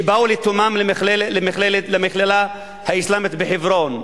שבאו לתומם למכללה האסלאמית בחברון,